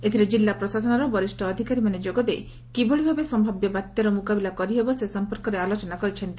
ଏଥିରେ ଜିଲ୍ଲା ପ୍ରଶାସନର ବରିଷ ଅଧିକାରୀମାନେ ଯୋଗଦେଇ କିଭଳି ଭାବେ ସମ୍ଭାବ୍ୟ ବାତ୍ୟାର ମୁକାବିଲା କରିହେବ ସେ ସଂପର୍କରେ ଆଲୋଚନା କରିଛନ୍ତି